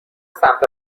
سمت